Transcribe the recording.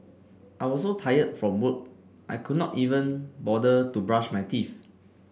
I was so tired from work I could not even bother to brush my teeth